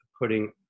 putting